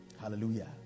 Hallelujah